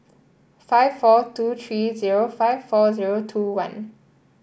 five four two three zero five four zero two one